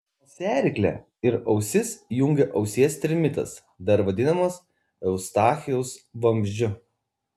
nosiaryklę ir ausis jungia ausies trimitas dar vadinamas eustachijaus vamzdžiu